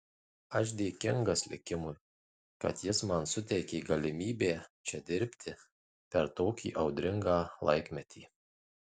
aš dėkingas likimui kad jis man suteikė galimybę čia dirbti per tokį audringą laikmetį